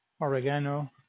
oregano